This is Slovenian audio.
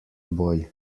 boj